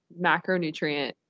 macronutrient